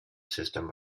system